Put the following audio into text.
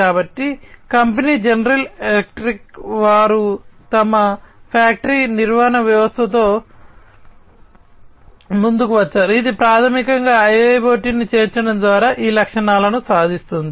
కాబట్టి company General Electric వారు తమ ఫ్యాక్టరీ నిర్వహణ వ్యవస్థతో ముందుకు వచ్చారు ఇది ప్రాథమికంగా IIoT ను చేర్చడం ద్వారా ఈ లక్షణాలను సాధిస్తుంది